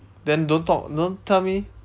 then don't talk don't tell me